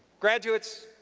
graduates,